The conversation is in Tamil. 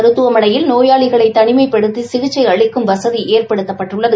மருத்துவமனையில் நோயாளிகளை தனிமைப்படுத்தி சிகிச்சை இந்த சிறிய அளிக்கும் வசதி ஏற்படுத்தப்பட்டுள்ளது